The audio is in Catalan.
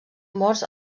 morts